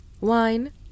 wine